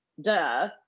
duh